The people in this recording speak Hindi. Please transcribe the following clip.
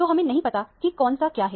तो हमें नहीं पता कि कौन सा क्या है